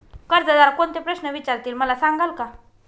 कर्जदार कोणते प्रश्न विचारतील, मला सांगाल का?